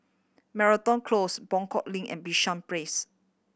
Moreton Close Buangkok Link and Bishan Place